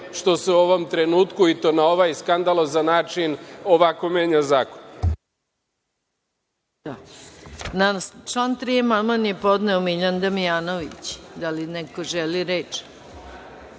što se u ovom trenutku i to na ovaj skandalozan način ovako menja zakon.